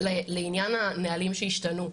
לעניין הנהלים שהשתנו,